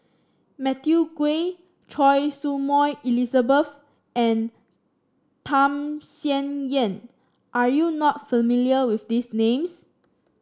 Matthew Ngui Choy Su Moi Elizabeth and Tham Sien Yen are you not familiar with these names